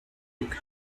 ndwi